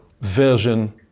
version